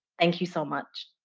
thank you so much.